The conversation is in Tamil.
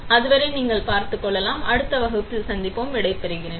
அதுவரை நீ பார்த்துக்கொள் அடுத்த வகுப்பில் சந்திப்பேன் விடைபெறுகிறேன்